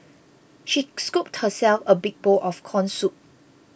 she scooped herself a big bowl of Corn Soup